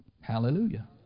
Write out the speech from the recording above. Hallelujah